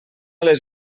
les